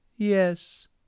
yes